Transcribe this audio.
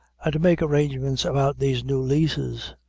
and make arrangements about these new leases.